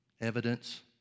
Evidence